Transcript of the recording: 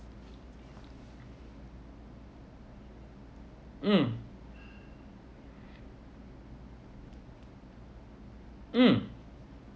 mm mm